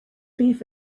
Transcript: beef